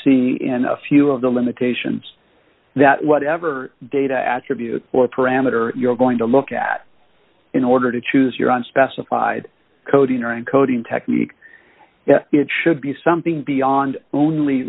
see in a few of the limitations that whatever data attribute or parameter you're going to look at in order to choose your unspecified coding or encoding technique it should be something beyond only